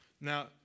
Now